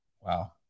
Wow